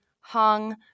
Hung